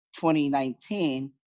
2019